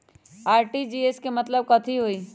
RTGS के मतलब कथी होइ?